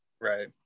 Right